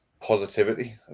positivity